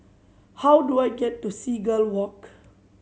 how do I get to Seagull Walk